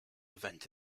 event